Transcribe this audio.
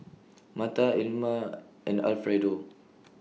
Martha Ilma and Alfredo